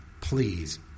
please